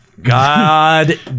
god